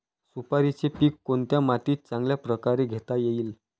सुपारीचे पीक कोणत्या मातीत चांगल्या प्रकारे घेता येईल?